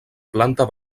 planta